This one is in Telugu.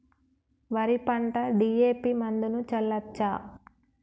వరి పంట డి.ఎ.పి మందును చల్లచ్చా?